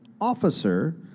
officer